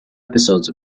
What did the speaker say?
episodes